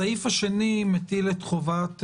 הסעיף השני מטיל את החובה על